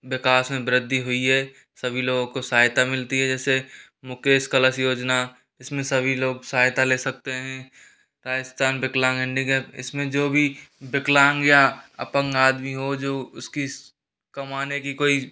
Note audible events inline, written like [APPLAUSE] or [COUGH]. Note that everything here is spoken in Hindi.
विकास में वृद्धि हुई है सभी लोगों को सहायता मिलती है जैसे मुकेश कलष योजना इसमें सभी लोग सहायता ले सकते हैं राजस्थान विकलांग [UNINTELLIGIBLE] इसमें जो भी विकलांग या अपंग आदमी हो जो उसकी कमाने की कोई